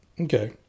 Okay